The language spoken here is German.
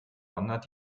wandert